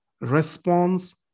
response